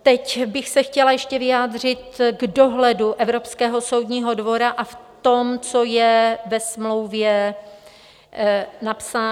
Teď bych se chtěla ještě vyjádřit k dohledu Evropského soudního dvora a v tom, co je ve smlouvě napsáno.